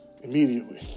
immediately